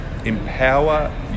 Empower